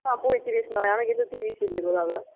না পঁয়ত্রিশ নয় আমি কিন্তু ত্রিশই দেবো দাদা